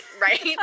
right